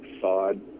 sod